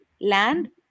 land